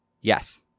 yes